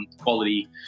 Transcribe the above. quality